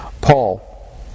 Paul